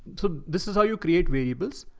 so this is how you create variables.